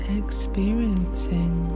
experiencing